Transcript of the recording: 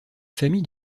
famille